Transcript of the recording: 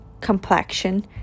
complexion